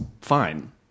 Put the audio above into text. fine